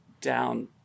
down